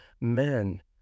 men